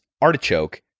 artichoke